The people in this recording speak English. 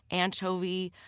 anchovy,